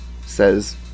says